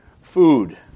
food